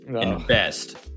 invest